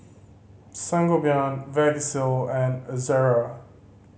Sangobion Vagisil and Ezerra